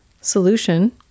Solution